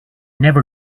never